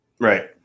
Right